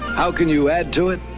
how can you add to it?